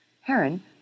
Heron